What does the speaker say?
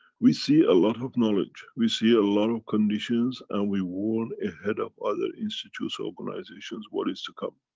we see a lot of knowledge, we see a lot of conditions, and we warn ahead of other institutes, organizations, what is to come.